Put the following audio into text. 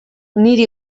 niri